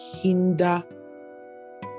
hinder